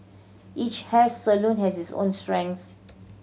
each hair salon has its own strengths